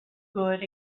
good